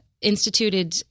instituted